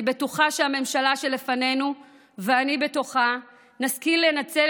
אני בטוחה שהממשלה שלפנינו ואני בתוכה נשכיל לנצל